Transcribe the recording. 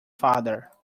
father